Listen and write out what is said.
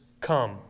come